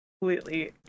completely